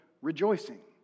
rejoicing